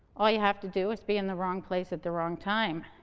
all you have to do is be in the wrong place at the wrong time.